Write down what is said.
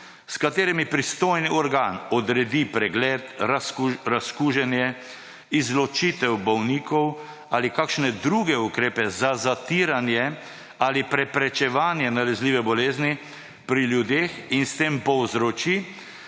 s katerimi pristojni organ odredi pregled, razkuženje, izločitev bolnikov ali kakšne druge ukrepe za zatiranje ali preprečevanje nalezljive bolezni pri ljudeh in s tem povzroči,